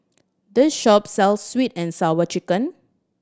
this shop sells Sweet And Sour Chicken